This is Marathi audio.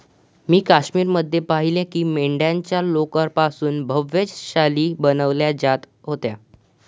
मी काश्मीर मध्ये पाहिलं की मेंढ्यांच्या लोकर पासून भव्य शाली बनवल्या जात होत्या